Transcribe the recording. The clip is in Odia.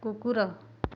କୁକୁର